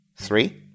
Three